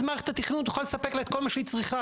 אז מערכת התכנון תוכל לספק לה את כל מה שהיא צריכה,